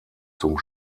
zum